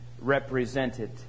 represented